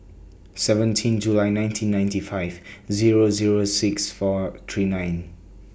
seventeen July nineteen ninety five Zero Zero six four three nine